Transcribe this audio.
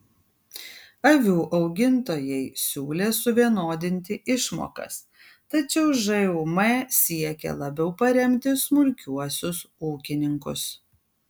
avių augintojai siūlė suvienodinti išmokas tačiau žūm siekė labiau paremti smulkiuosius ūkininkus